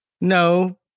No